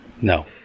no